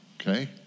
okay